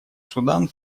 судан